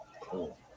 Cool